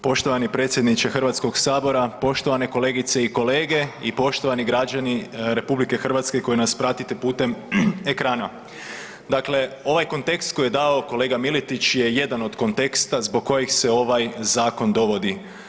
Poštovani predsjedniče Hrvatskog sabora, poštovane kolegice i kolege i poštovani građani RH koji nas pratite putem ekrana, dakle ovaj kontekst koji je dao kolega Miletić je jedan od konteksta zbog kojeg se ovaj zakon dovodi.